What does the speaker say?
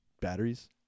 Batteries